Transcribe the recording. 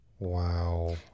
wow